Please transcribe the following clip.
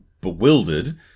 Bewildered